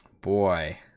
Boy